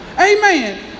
Amen